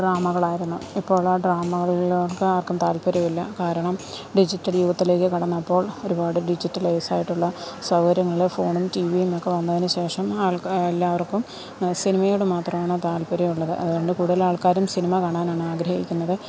ഡ്രാമകൾ ആയിരുന്നു ഇപ്പോൾ ആ ഡ്രാമകളിൽ ആർക്കും താല്പര്യമില്ല കാരണം ഡിജിറ്റൽ യുഗത്തിലേക്ക് കടന്നപ്പോൾ ഒരുപാട് ഡിജിറ്റലൈസ് ആയിട്ടുള്ള സൗകര്യങ്ങള് ഫോണും ടിവിയും ഒക്കെ വന്നതിനുശേഷം ആൾക്കാർ എല്ലാവർക്കും സിനിമയോട് മാത്രമാണ് താല്പര്യം ഉള്ളത് അതുകൊണ്ട് കൂടുതൽ ആൾക്കാരും സിനിമ കാണാനാണ് ആഗ്രഹിക്കുന്നത്